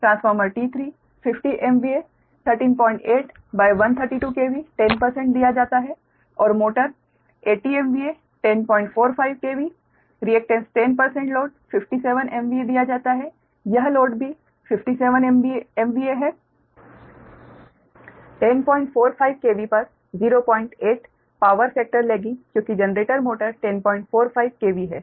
transformer T3 50 MVA 138132 KV 10 दिया जाता है और motor 80 MVA 1045 KV reactance 10 load 57 MVA दिया जाता है यह लोड भी 57 MVA है 1045 KV पर 08 पावर फैक्टर लैगिंग क्योंकि जनरेटर मोटर 1045 KV है